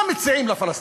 מה מציעים לפלסטינים?